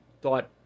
thought